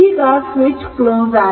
ಅಂದರೆ ಈಗ switch close ಆಗಿದೆ